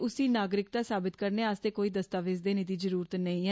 उसी नागरिकता साबित करने आस्तै कोई दस्तावेज देने दी ज़रुरत नेंई ऐ